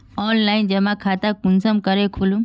Online जमा खाता कुंसम करे खोलूम?